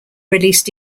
released